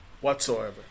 whatsoever